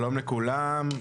שלום לכולם,